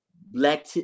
black